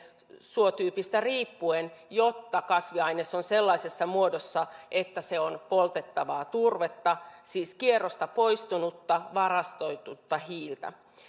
suotyypistä riippuen jotta kasviaines on sellaisessa muodossa että se on poltettavaa turvetta siis kierrosta poistunutta varastoitunutta hiiltä